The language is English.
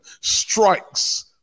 strikes